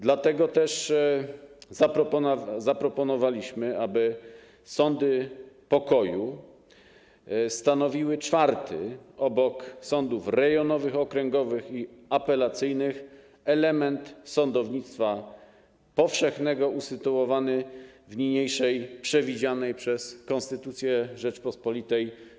Dlatego też zaproponowaliśmy, aby sądy pokoju stanowiły czwarty obok sądów rejonowych, sądów okręgowych i sądów apelacyjnych element sądownictwa powszechnego usytuowany w niniejszej hierarchii przewidzianej przez konstytucję Rzeczypospolitej.